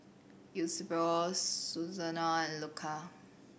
Eusebio Susanna and Luca